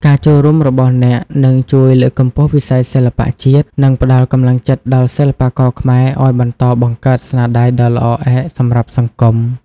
ការចូលរួមរបស់អ្នកនឹងជួយលើកកម្ពស់វិស័យសិល្បៈជាតិ និងផ្តល់កម្លាំងចិត្តដល់សិល្បករខ្មែរឲ្យបន្តបង្កើតស្នាដៃដ៏ល្អឯកសម្រាប់សង្គម។